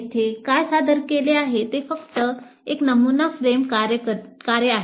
येथे काय सादर केले आहे ते फक्त एक नमुना फ्रेम कार्य आहे